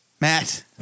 Matt